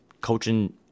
coaching